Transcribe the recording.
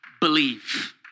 Believe